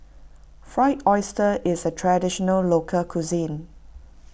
Fried Oyster is a Traditional Local Cuisine